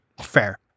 fair